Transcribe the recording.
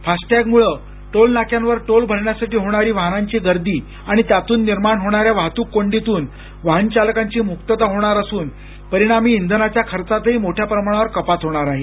FASTag मृळ toll नाक्यांवर toll भरण्यासाठी होणारी वाहनांची गर्दी आणि त्यातून निर्माण होणाऱ्या वाहतूक कोंडीतून वाहन चालकांची मुक्तता होणार असून परिणामी इंधनाच्या खर्चातही मोठ्या प्रमाणावर कपात होणार आहे